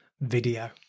video